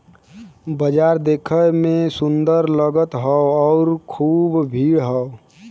बाजार देखे में सुंदर लगत हौ आउर खूब भीड़ हौ